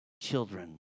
children